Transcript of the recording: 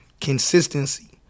Consistency